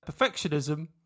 perfectionism